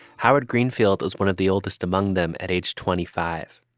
howard greenfield was one of the oldest among them at age twenty five.